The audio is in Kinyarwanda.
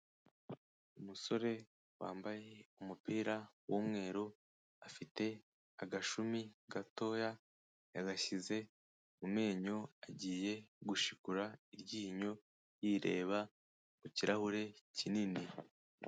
Umusore wambaye umupira w'umweru, afite agashumi gatoya yagashyize mu menyo, agiye gushikura iryinyo, yireba mu kirahure kinini.